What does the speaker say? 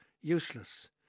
useless